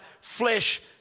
flesh